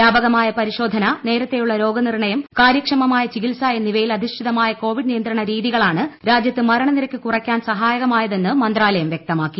വൃാപകമായ പരിശോധന നേരത്തെയുള്ള രോഗ നിർണയം കാര്യക്ഷമമായ ചികിത്സ എന്നിവയിൽ അധിഷ്ഠിതമായ കോവിഡ് നിയന്ത്രണ രീതികളാണ് രാജ്യത്ത് മരണനിരക്ക് കുറയ്ക്കാൻ സഹായകമായത് എന്ന് മന്ത്രാലയം വ്യക്തമാക്കി